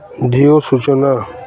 G ଓ ସୂଚନା